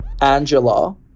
Angela